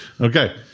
Okay